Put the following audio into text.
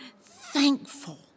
thankful